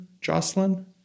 Jocelyn